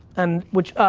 and which,